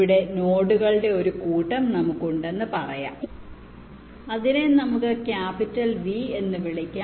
ഇവിടെ നമുക്ക് നോഡുകളുടെ ഒരു കൂട്ടം ഉണ്ടെന്ന് പറയാം അതിനെ ക്യാപിറ്റൽ V എന്ന് വിളിക്കാം